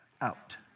out